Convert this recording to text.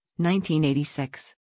1986